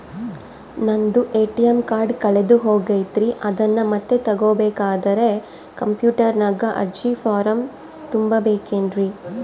ನಂದು ATM card ಕಳೆದು ಹೋಗೈತ್ರಿ ಅದನ್ನು ಮತ್ತೆ ತಗೋಬೇಕಾದರೆ ಕಂಪ್ಯೂಟರ್ ನಾಗ ಅರ್ಜಿ ಫಾರಂ ತುಂಬಬೇಕನ್ರಿ?